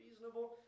reasonable